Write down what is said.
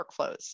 workflows